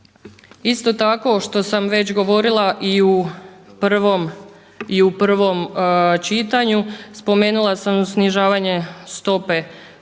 Isto tako što sam već govorila i u prvom čitanju, spomenula sam snižavanje stope